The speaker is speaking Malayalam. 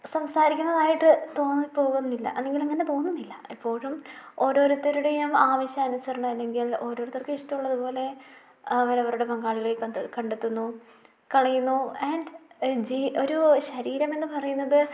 സംസാരിക്കുന്നതായിട്ട് തോന്നിപ്പോകുന്നില്ല അല്ലെങ്കിലിങ്ങനെ തോന്നുന്നില്ല എപ്പോഴും ഓരോരുത്തരുടെയും ആവശ്യാനുസരണം അല്ലെങ്കിൽ ഓരോരുത്തർക്കും ഇഷ്ടമുള്ളതുപോലെ അവരവരുടെ പങ്കാളികളെ കണ്ടെത്തുന്നു കളയുന്നു ആൻഡ് ഒരു ശരീരം എന്നു പറയുന്നത്